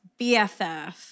BFF